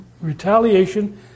retaliation